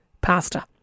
Pasta